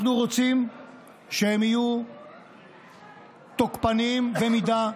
אנחנו רוצים שהם יהיו תוקפניים במידה,